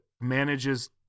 manages